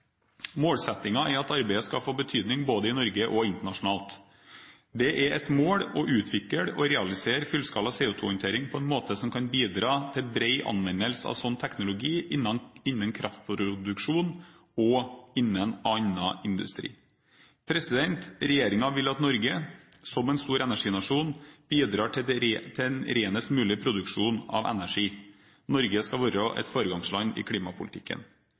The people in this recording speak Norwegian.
Målsettingen er at arbeidet skal få betydning både i Norge og internasjonalt. Det er et mål å utvikle og realisere fullskala CO2-håndtering på en måte som kan bidra til bred anvendelse av sånn teknologi innen kraftproduksjon og innen industrien. Regjeringen vil at Norge, som en stor energinasjon, bidrar til en renest mulig produksjon av energi. Norge skal være et foregangsland i klimapolitikken.